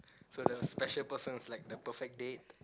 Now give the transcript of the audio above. so the special person was like the perfect date